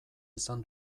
izan